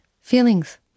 Feelings